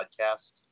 podcast